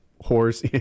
horse